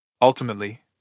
Ultimately